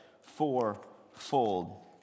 fourfold